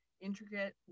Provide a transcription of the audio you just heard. intricate